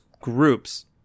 groups